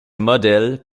modèles